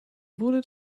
wurde